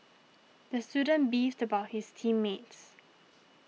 the student beefed about his team mates